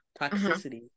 toxicity